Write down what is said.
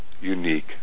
unique